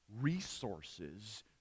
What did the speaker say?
resources